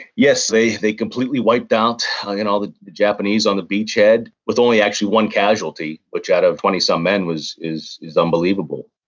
yes, they they completely wiped out and all the the japanese on the beachhead with only actually one casualty, which out of twenty some men is is unbelievable.